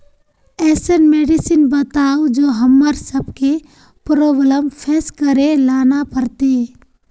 ऐसन मेडिसिन बताओ जो हम्मर सबके प्रॉब्लम फेस करे ला ना पड़ते?